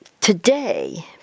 today